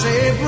Say